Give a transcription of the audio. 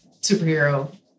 superhero